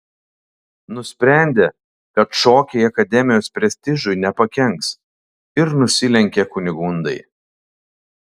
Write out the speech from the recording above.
nusprendė kad šokiai akademijos prestižui nepakenks ir nusilenkė kunigundai